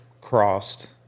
crossed